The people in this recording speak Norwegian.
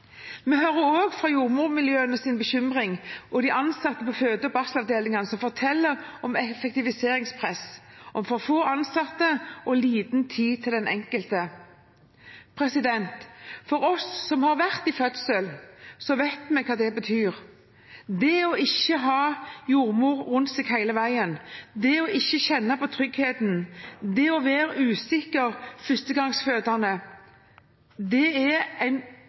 Vi hører også jordmormiljøenes bekymring og de ansatte på føde- og barselavdelingene som forteller om effektiviseringspress, om for få ansatte og liten tid til den enkelte. Vi som har vært gjennom en fødsel, vet hva det betyr. Det ikke å ha jordmor rundt seg hele veien, det ikke å kjenne på tryggheten, det å være usikker førstegangsfødende – det er en